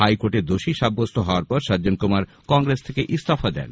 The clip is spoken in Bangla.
হাইকোর্ট দোষী সাব্যস্ত হওয়ার পর সজ্জন কুমার কংগ্রেস থেকে ইস্তফা দেন